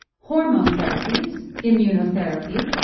hormone therapies, immunotherapy,